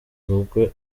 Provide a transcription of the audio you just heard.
rugwe